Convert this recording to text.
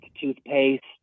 toothpaste